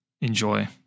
enjoy